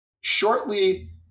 Shortly